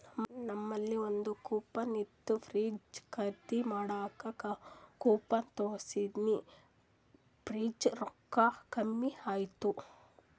ನಂಬಲ್ಲಿ ಒಂದ್ ಕೂಪನ್ ಇತ್ತು ಫ್ರಿಡ್ಜ್ ಖರ್ದಿ ಮಾಡಾಗ್ ಕೂಪನ್ ತೋರ್ಸಿನಿ ಫ್ರಿಡ್ಜದು ರೊಕ್ಕಾ ಕಮ್ಮಿ ಆಯ್ತು